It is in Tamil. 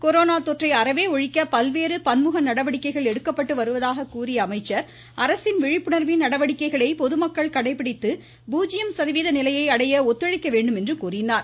கொரோனா தொற்றை அறவே ஒழிக்க பல்வேறு பன்முக நடவடிக்கைகள் எடுக்கப்பட்டு வருவதாக கூறிய அமைச்சர் அரசின் விழிப்புணர்வின் நடவடிக்கைகளை பொதுமக்கள் கடைபிடித்து பூஜ்ஜியம் சதவீத நிலையை அடைய ஒத்துழைக்க வேண்டும் என்றார்